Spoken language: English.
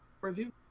review